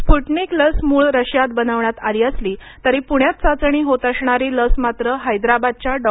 Sputnik लस मूळ रशियात बनवण्यात आली असली तरी पुण्यात चाचणी होत असणारी लस मात्र हैदराबादच्या डॉ